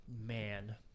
man